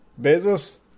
Bezos